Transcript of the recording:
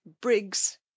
briggs